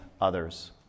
others